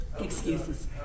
Excuses